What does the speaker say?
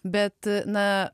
bet na